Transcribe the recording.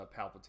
palpatine